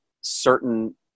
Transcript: certain